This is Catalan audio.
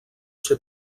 ser